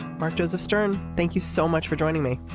mark joseph stern thank you so much for joining me.